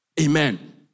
Amen